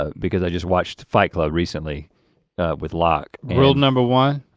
ah because i just watched fight club recently with locke. rule number one.